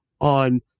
on